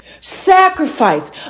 Sacrifice